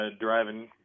driving